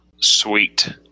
sweet